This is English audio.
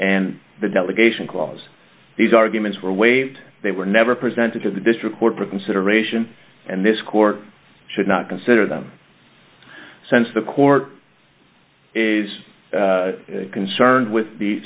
and the delegation clause these arguments were waived they were never presented to the district court for consideration and this court should not consider them since the court is concerned with the